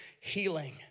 healing